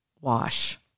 wash